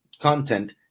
content